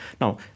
now